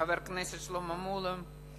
חבר הכנסת שלמה מולה,